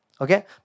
Okay